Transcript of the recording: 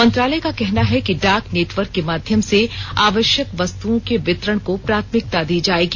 मंत्रालय का कहना है कि डाक नेटवर्क के माध्यम से आवश्यक वस्तुओं के वितरण को प्राथमिकता दी जाएगी